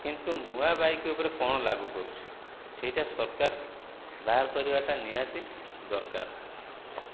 କିନ୍ତୁ ନୂଆ ବାଇକ୍ ଉପରେ କଣ ଲାଗୁ କରୁଛି ସେହିଟା ସରକାର ବାହାର କରିବାଟା ନିହାତି ଦରକାର